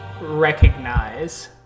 recognize